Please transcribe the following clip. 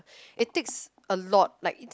it take a lot like